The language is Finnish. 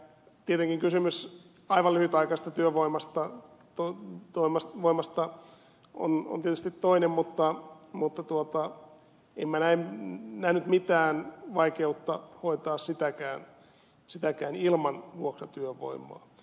tietenkin kysymys aivan lyhytaikaisesta työvoimasta on tietysti toinen mutta en minä nähnyt mitään vaikeutta hoitaa sitäkään ilman vuokratyövoimaa